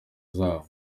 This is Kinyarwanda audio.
zabo